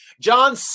John